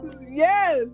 yes